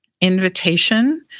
invitation